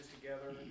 together